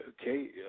Okay